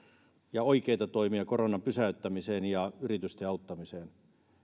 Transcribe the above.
ja oikeita toimia koronan pysäyttämiseen ja yritysten auttamiseen